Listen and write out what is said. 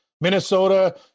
Minnesota